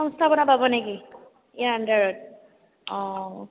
সংস্থাপন পাব নেকি ইয়াৰ আণ্ডাৰত অঁ